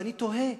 ואני תוהה,